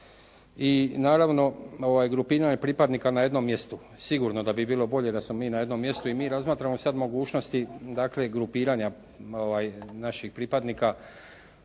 I naravno, grupiranje pripadnika na jednom mjestu. Sigurno da bi bilo bolje da smo mi na jednom mjestu i mi razmatramo sad mogućnosti, dakle grupiranja naših pripadnika.